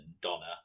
Donna